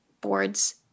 boards